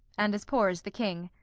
and as poor as the king.